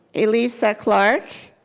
elisa clark,